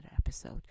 episode